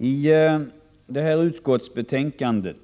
Herr talman! I det här utskottsbetänkandet